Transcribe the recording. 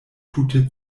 tute